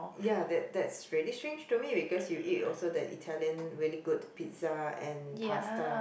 ya that that's really strange to me because you eat also the Italian really good pizza and pasta